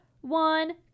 one